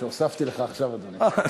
הוספתי לך עכשיו, אדוני.